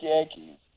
Yankees